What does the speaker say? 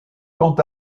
quant